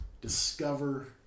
discover